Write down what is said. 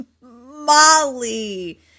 Molly